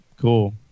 Cool